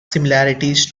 similarities